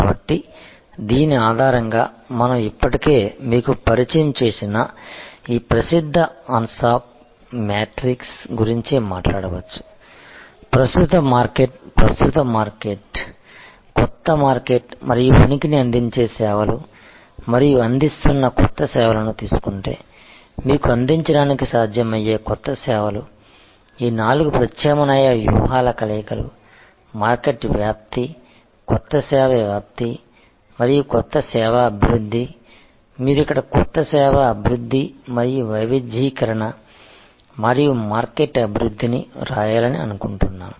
కాబట్టి దీని ఆధారంగా మనం ఇప్పటికే మీకు పరిచయం చేసిన ఈ ప్రసిద్ధ అన్సాఫ్ మ్యాట్రిక్స్ గురించి మాట్లాడవచ్చు ప్రస్తుత మార్కెట్ ప్రస్తుత మార్కెట్ కొత్త మార్కెట్ మరియు ఉనికిని అందించే సేవలు మరియు అందిస్తున్న కొత్త సేవలను తీసుకుంటే మీకు అందించడానికి సాధ్యమయ్యే కొత్త సేవలు ఈ నాలుగు ప్రత్యామ్నాయ వ్యూహాల కలయికలు మార్కెట్ వ్యాప్తి కొత్త సేవ వ్యాప్తి మరియు కొత్త సేవా అభివృద్ధి మీరు ఇక్కడ కొత్త సేవా అభివృద్ధి మరియు వైవిధ్యీకరణ మరియు మార్కెట్ అభివృద్ధిని వ్రాయాలని అనుకుంటున్నాను